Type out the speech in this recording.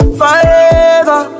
forever